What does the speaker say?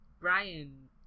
Brian